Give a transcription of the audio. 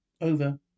Over